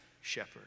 shepherd